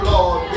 Lord